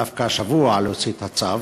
דווקא השבוע להוציא את הצו?